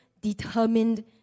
determined